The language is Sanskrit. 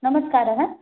नमस्कारः